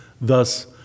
Thus